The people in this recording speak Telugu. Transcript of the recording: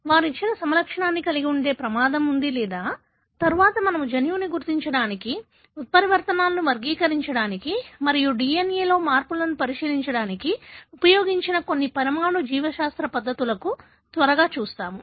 వారు ఇచ్చిన సమలక్షణాన్ని కలిగి ఉండే ప్రమాదం ఉంది లేదా తరువాత మనము జన్యువును గుర్తించడానికి ఉత్పరివర్తనాలను వర్గీకరించడానికి మరియు DNA లో మార్పులను పరిశీలించడానికి ఉపయోగించిన కొన్ని పరమాణు జీవశాస్త్ర పద్ధతులకు త్వరగా చూసాము